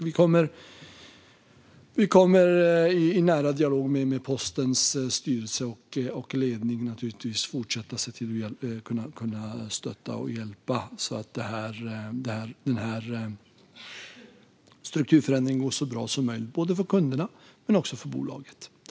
Vi kommer i nära dialog med postens styrelse och ledning fortsätta att se till att stötta och hjälpa så att strukturförändringen går så bra som möjligt både för kunderna och för bolaget.